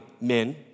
men